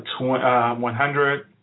100